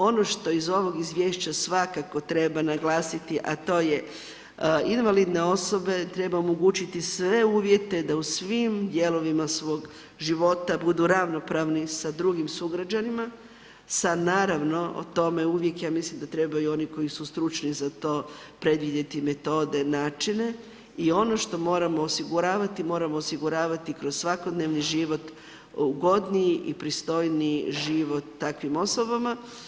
Ono što iz ovog izvješća svakako treba naglasiti, a to je, invalidne osobe treba omogućiti sve uvjete da u svim dijelovima svog života budu ravnopravni sa drugim sugrađanima, sa naravno, o tome uvijek ja mislim da trebaju i oni koji su stručni za to predvidjeti metode, načine, i ono što moramo osiguravati, moramo osiguravati kroz svakodnevni život ugodniji i pristojniji život takvim osobama.